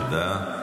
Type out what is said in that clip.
תודה.